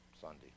Sunday